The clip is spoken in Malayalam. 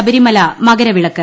ശബരിമല മകരവിളക്ക്